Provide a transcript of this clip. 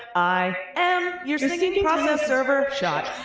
i am your singing process server. shot.